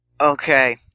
Okay